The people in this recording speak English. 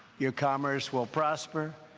your commerce will prosper,